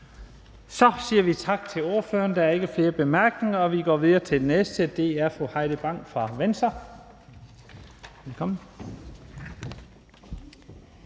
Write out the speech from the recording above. Så siger vi tak til ordføreren. Der er ikke flere korte bemærkninger, og så går vi videre til den næste, og det er fru Heidi Bank fra Venstre. Velkommen.